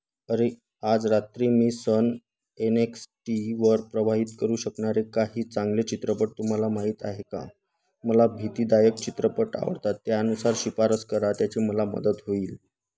अरे आज रात्री मी सन एन एक्स टीवर प्रवाहित करू शकणारे काही चांगले चित्रपट तुम्हाला माहीत आहे का मला भीतीदायक चित्रपट आवडतात त्यानुसार शिफारस करा त्याची मला मदत होईल